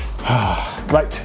right